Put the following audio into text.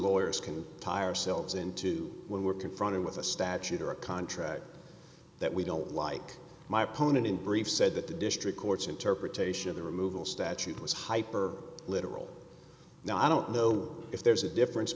lawyers can tire selves into when we're confronted with a statute or a contract that we don't like my opponent in brief said that the district court's interpretation of the removal statute was hyper literal now i don't know if there's a difference